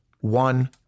one